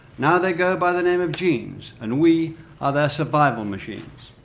now they go by the name of genes, and we are their survival machines.